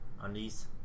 undies